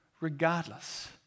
regardless